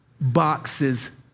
boxes